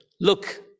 Look